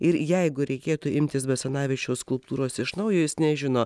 ir jeigu reikėtų imtis basanavičiaus skulptūros iš naujo jis nežino